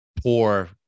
poor